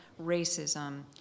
racism